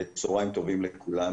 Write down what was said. צוהריים טובים לכולם,